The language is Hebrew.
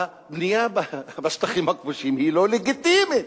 הבנייה בשטחים הכבושים היא לא לגיטימית.